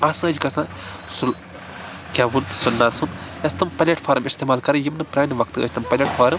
آسٲیِش گژھان سُہ گیٚوُن سُہ نَژُن یا تِم پلیٹفارم اِستعمال کَرٕنۍ یِم نہٕ پرانہِ وقتہٕ ٲسۍ تِم پلیٹفارم